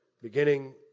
Beginning